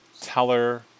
Teller